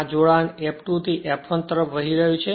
આ જોડાણ F2 થી F1 તરફ વહી રહ્યું છે